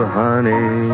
honey